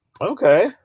Okay